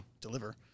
deliver